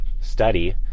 study